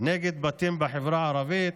נגד בתים בחברה הערבית.